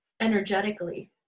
energetically